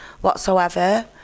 whatsoever